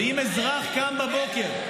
אם אזרח קם בבוקר,